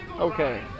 Okay